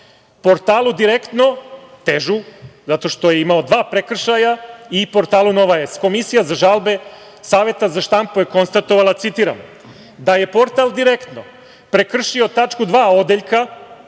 portalu „Direktno“, težu, zato što je imao dva prekršaja, i portalu „Nova S“. Komisija za žalbe Saveta za štampu je konstatovala, citiram, da je portal „Direktno“ prekršio tačku 2. odeljka